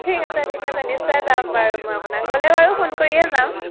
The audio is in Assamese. ঠিক আছে ঠিক আছে নিশ্চয় যাম বাৰু মই আপোনাক গ'লে বাৰু ফোন কৰিয়েই যাম